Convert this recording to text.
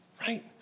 right